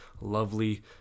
lovely